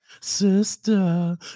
sister